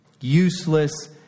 useless